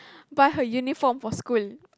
buy her uniform for school